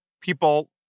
people